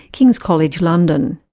king's college, london.